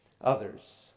others